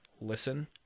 listen